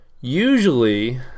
Usually